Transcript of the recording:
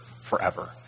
forever